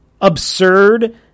absurd